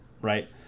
right